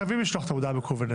הם חייבים לשלוח את ההודעה המקוונת.